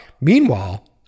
Meanwhile